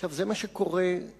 עכשיו, זה מה שקורה לנו,